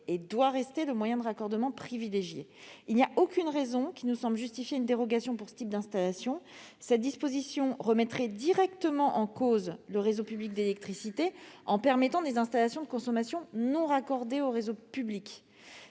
et doit rester, le moyen de raccordement privilégié. Il n'y a aucune raison qui nous semble justifier une dérogation pour ce type d'installation. Cette disposition remettrait directement en cause le réseau public d'électricité en permettant des installations de consommation non raccordées au réseau public.